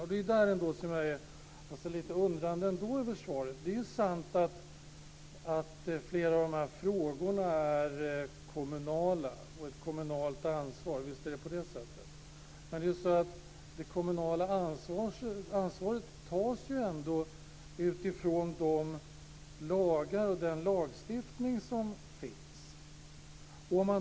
Det är här som jag ändå är lite undrande över svaret. Det är ju sant att flera av dessa frågor är ett kommunalt ansvar, visst är det på det sättet. Men det kommunala ansvaret tas ju ändå utifrån den lagstiftning som finns.